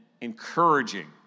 encouraging